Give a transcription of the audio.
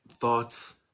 thoughts